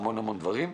המון דברים.